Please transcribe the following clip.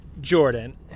Jordan